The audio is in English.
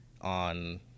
on